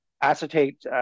acetate